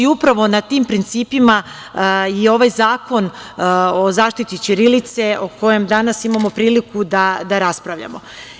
I upravo na tim principima je ovaj zakon o zaštiti ćirilice, o kojem danas imamo priliku da raspravljamo.